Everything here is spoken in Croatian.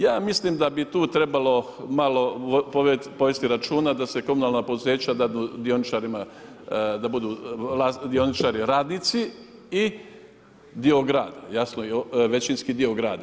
Ja mislim da bi tu trebalo malo povesti računa da se komunalna poduzeća da dioničarima da budu dioničari radnici i dio grada, jasno većinski dio grada.